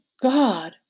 God